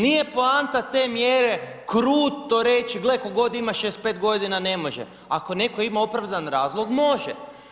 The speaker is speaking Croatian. Nije poanta te mjere kruto reći gle tko god 65 godina ne može, ako neko ima opravdan razlog može.